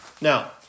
Now